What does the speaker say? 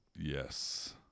yes